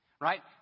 right